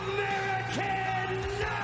American